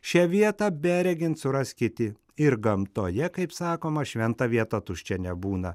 šią vietą beregint suras kiti ir gamtoje kaip sakoma šventa vieta tuščia nebūna